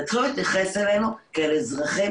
אבל צריך להתייחס אלינו כאל אזרחים